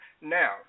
Now